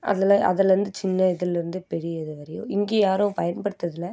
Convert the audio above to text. அதில் அதுலேருந்து சின்ன இதுலேருந்து பெரிய இது வரையும் இங்கே யாரும் பயன்படுத்துகிறதில்ல